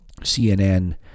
CNN